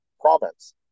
province